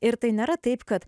ir tai nėra taip kad